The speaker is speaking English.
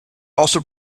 also